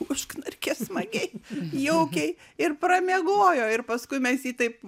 užknarkė smagiai jaukiai ir pramiegojo ir paskui mes jį taip